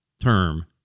term